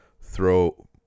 throw